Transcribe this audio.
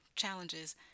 challenges